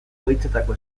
zuhaitzetako